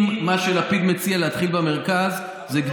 אם מה שלפיד מציע זה להתחיל במרכז, זה,